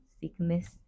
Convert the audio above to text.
sickness